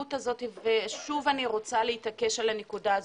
ההיערכות הזו ושוב אני רוצה להתעקש על הנקודה הזו,